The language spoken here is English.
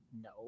No